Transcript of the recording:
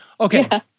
Okay